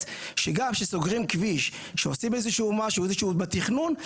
שגם כשסוגרים כביש או שעושים משהו בתכנון,